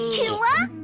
cula